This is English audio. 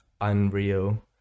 unreal